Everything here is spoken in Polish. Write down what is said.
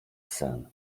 sen